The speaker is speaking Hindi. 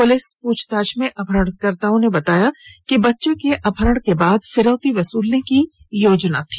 पुलिस पूछताछ में अपहरणकर्ताओं ने बताया कि बच्चे का अपहरण करने के बाद फिरौती वसूलने की योजना थी